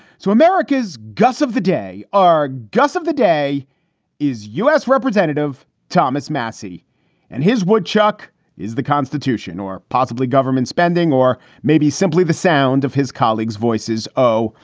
so america's gas of the day are guss of the day is u s. representative thomas massie and his woodchuck is the constitution or possibly government spending or maybe simply the sound of his colleagues voices. oh,